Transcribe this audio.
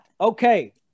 Okay